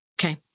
Okay